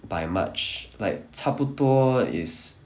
by much like 差不多 is